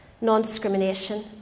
non-discrimination